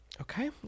Okay